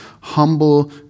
humble